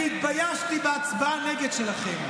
לא קשה, אני התביישתי בהצבעת הנגד שלכם.